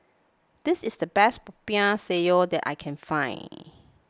this is the best Popiah Sayur that I can find